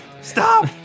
Stop